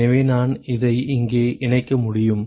எனவே நான் இதை இங்கே இணைக்க முடியும்